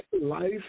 life